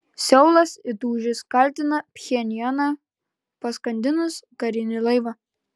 seulas įtūžęs ir kaltina pchenjaną paskandinus karinį laivą